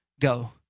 go